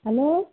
hello